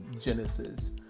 Genesis